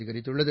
அதிகரித்துள்ளது